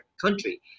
country